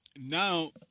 now